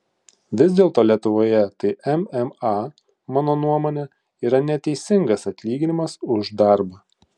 vis dėlto lietuvoje tai mma mano nuomone yra neteisingas atlyginimas už darbą